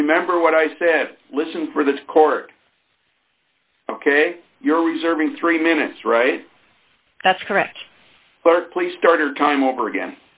remember what i said listen for the court ok you're reserving three minutes right that's correct please start of time over again